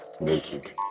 naked